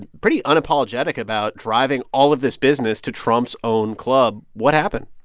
pretty unapologetic about driving all of this business to trump's own club. what happened?